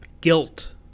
guilt